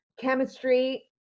chemistry